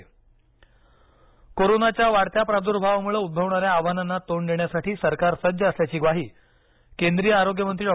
हर्षवर्धन वक्तव्य कोरोनाच्या वाढत्या प्राद्भावामुळे उद्भवणाऱ्या आव्हानांना तोंड देण्यासाठी सरकार सज्ज असल्याची ग्वाही केंद्रीय आरोग्यमंत्री डॉ